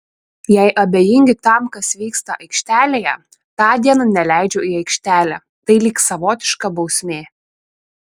jei abejingi tam kas vyksta aikštelėje tądien neleidžiu į aikštelę tai lyg savotiška bausmė